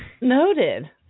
Noted